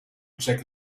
jack